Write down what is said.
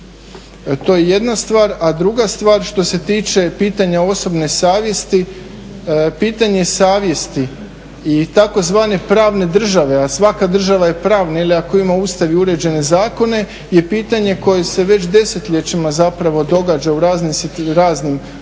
To je jedna stvar, a druga stvar što se tiče pitanja osobne savjesti, pitanje savjesti i tzv. pravne države, a svaka država je pravna ili ako ima Ustavno uređene zakone je pitanje koje se već desetljećima zapravo događa u raznim društvima,